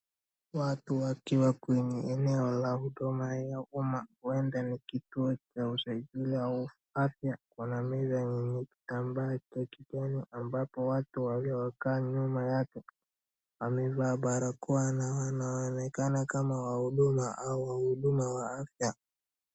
Watu wakiwa kwenye eneo ya huduma ya umma, huenda ni kituo cha usajili au afya. Kuna meza yenye kitambaa cha kijani ambapo watu waliokaa nyuma yake wamevaa barakoa na wanaonekana kama wahuduma au wahuduma wa afya.